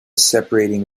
separating